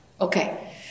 Okay